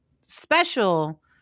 special